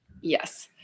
Yes